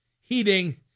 heating